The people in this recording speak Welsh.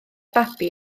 babi